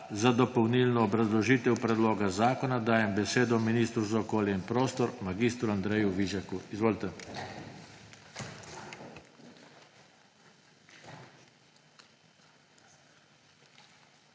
Za dopolnilno obrazložitev predloga zakona dajem besedo ministru za okolje in prostor mag. Andreju Vizjaku. Izvolite.